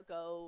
go